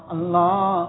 Allah